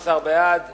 מאוד מקווה,